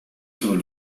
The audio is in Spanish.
sobre